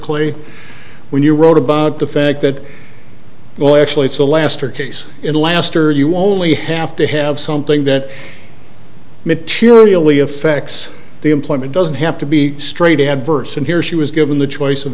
clearly when you wrote about the fact that well actually it's a laster case in laster you only have to have something that materially effects the employment doesn't have to be straight adverse and here she was given the choice of